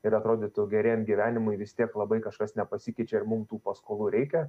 ir atrodytų gerėjant gyvenimui vis tiek labai kažkas nepasikeičia ir mum tų paskolų reikia